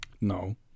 No